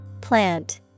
Plant